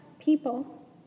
people